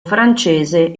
francese